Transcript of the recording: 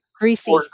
greasy